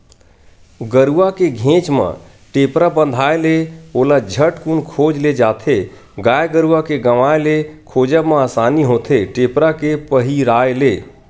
गरुवा के घेंच म टेपरा बंधाय ले ओला झटकून खोज ले जाथे गाय गरुवा के गवाय ले खोजब म असानी होथे टेपरा के पहिराय ले